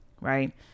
right